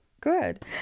good